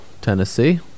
Tennessee